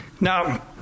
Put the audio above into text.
Now